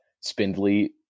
spindly